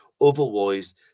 Otherwise